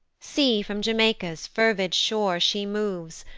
see from jamaica's fervid shore she moves,